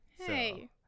Hey